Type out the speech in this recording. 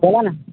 बोला ना